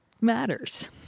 matters